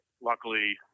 luckily